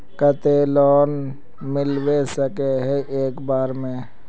केते लोन मिलबे सके है एक बार में?